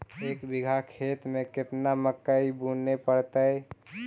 एक बिघा खेत में केतना मकई बुने पड़तै?